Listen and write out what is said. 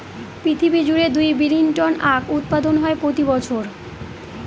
পৃথিবী জুড়ে দুই বিলীন টন আখ উৎপাদন হয় প্রতি বছর